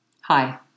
Hi